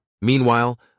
Meanwhile